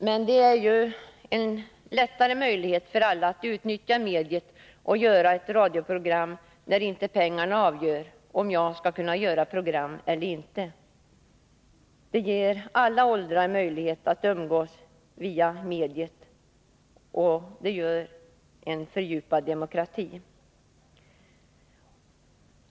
Men det är ju lättare för alla att utnyttja mediet och göra ett radioprogram, när inte pengarna avgör om jag skall kunna göra program eller inte. Det ger alla möjlighet att umgås via mediet, och det innebär en fördjupad demokrati.